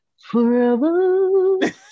forever